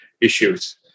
issues